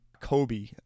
Kobe